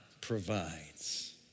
provides